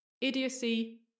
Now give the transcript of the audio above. idiocy